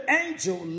angel